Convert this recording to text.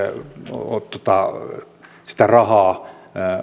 ei ole sitä rahaa